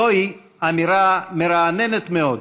זוהי אמירה מרעננת מאוד.